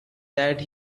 that